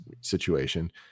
situation